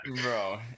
Bro